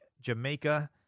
Jamaica